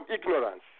ignorance